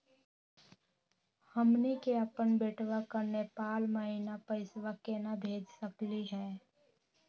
हमनी के अपन बेटवा क नेपाल महिना पैसवा केना भेज सकली हे?